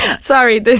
Sorry